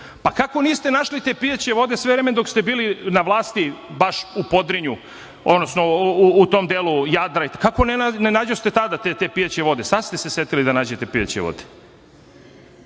Pa kako niste našli te pijaće vode sve vreme dok ste bili na vlasti baš u Podrinju, odnosno u tom delu Jadra, kako ne nađoste tada te pijaće vode? Sad ste se setili da nađete pijaće